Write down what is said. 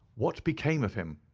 what became of him?